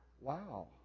Wow